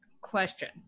Question